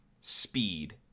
speed